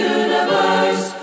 universe